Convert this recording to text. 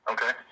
Okay